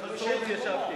ישבתי.